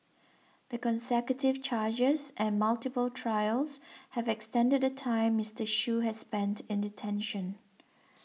the consecutive charges and multiple trials have extended the time Mister Shoo has spent in detention